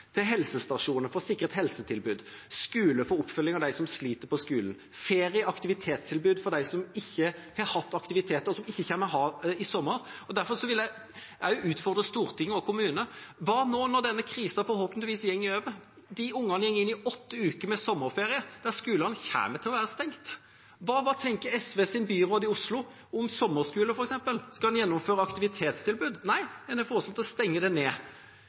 til helsestasjoner for å sikre et helsetilbud, til skole for oppfølging av dem som sliter på skolen, til ferie og aktivitetstilbud for dem som ikke har hatt aktiviteter, og som ikke kommer til å ha det i sommer. Derfor vil jeg også utfordre Stortinget og kommunene: Hva når denne krisa forhåpentligvis går over? De ungene går inn i åtte uker med sommerferie der skolene kommer til å være stengt. Hva tenker SVs byråd i Oslo om sommerskole, f.eks.? Skal en gjennomføre aktivitetstilbud? Nei, en har foreslått å stenge det ned.